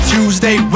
Tuesday